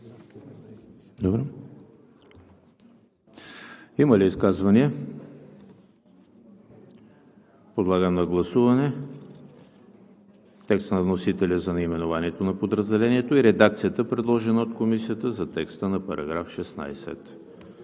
Има ли изказвания? Няма. Подлагам на гласуване текста на вносителя за наименованието на подразделението и редакцията, предложена от Комисията за текста на § 16.